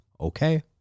Okay